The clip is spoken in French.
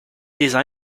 design